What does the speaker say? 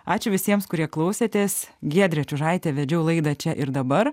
ačiū visiems kurie klausėtės giedrė čiužaitė vedžiau laidą čia ir dabar